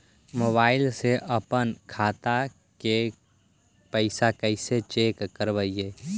Mobile से अपन खाता के पैसा कैसे चेक करबई?